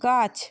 গাছ